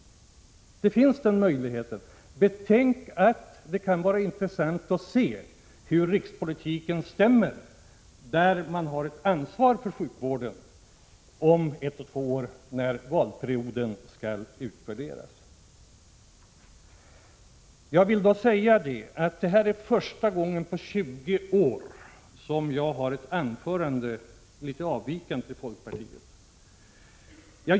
Möjligheten finns alltså. Det kan vara intressant att se hur rikspolitiken stämmer i ett område där folkpartiet har ansvaret för sjukvården, när valperioden skall utvärderas om ett par år. Detta är första gången på 20 år som jag håller ett anförande som avviker från folkpartiets förslag.